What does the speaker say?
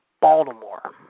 Baltimore